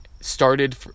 started –